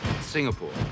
Singapore